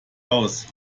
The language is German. aus